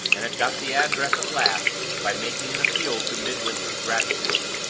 and had got the address at last by making an appeal to midwinter's gratitude,